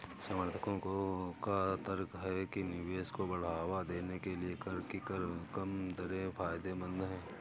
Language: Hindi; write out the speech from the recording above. समर्थकों का तर्क है कि निवेश को बढ़ावा देने के लिए कर की कम दरें फायदेमंद हैं